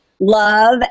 love